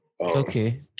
Okay